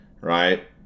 right